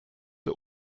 der